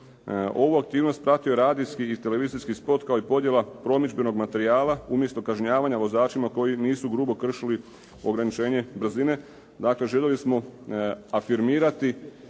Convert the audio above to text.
Ovu aktivnost pratio je radijski i televizijski spot, kao i podjela promidžbenog materijala umjesto kažnjavanja vozačima koji nisu grubo kršili ograničenje brzine.